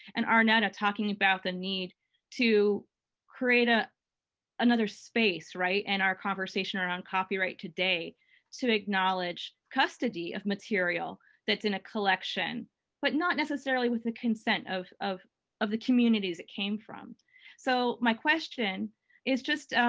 and arnetta talking about the need to create a another space, right? in our conversation around copyright today to acknowledge custody of material that's in a collection but not necessarily with the consent of of the communities it came from so my question is just